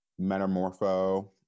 Metamorpho